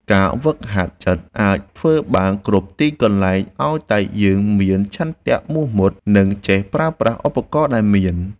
ការហ្វឹកហាត់ចិត្តអាចធ្វើបានគ្រប់ទីកន្លែងឱ្យតែយើងមានឆន្ទៈមោះមុត និង ចេះប្រើប្រាស់ឧបករណ៍ដែលមាន។